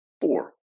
four